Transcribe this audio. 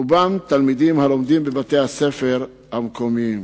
רובם תלמידים הלומדים בבתי-הספר המקומיים.